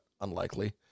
unlikely